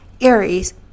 Aries